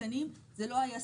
ברשותך, אני רוצה להתייחס לזה.